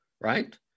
Right